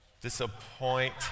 Disappoint